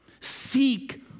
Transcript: Seek